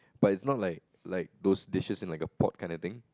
but it's not like like those dishes in a pot kind of thing